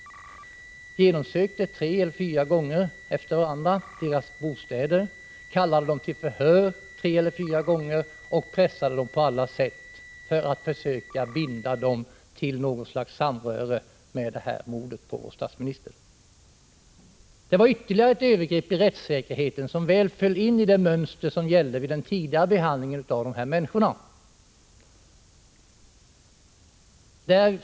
Polisen genomsökte tre eller fyra gånger efter varandra deras bostäder, kallade dem till förhör tre eller fyra gånger och pressade dem på alla sätt, för att försöka binda dem till något slags samröre med mordet på statsministern. Det var ytterligare ett övergrepp mot rättssäkerheten som väl föll in i det mönster som gällt för den tidigare behandlingen av de här människorna.